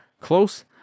close